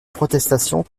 protestations